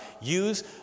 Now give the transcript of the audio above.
use